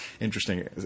interesting